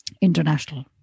international